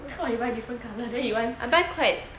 I thought you buy different colour then you want